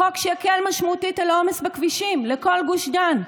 חוק שיקל משמעותית את העומס בכבישים בכל גוש דן,